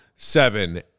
seven